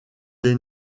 des